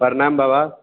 प्रणाम बाबा